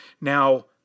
Now